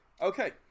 Okay